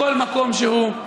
בכל מקום שהוא.